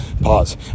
pause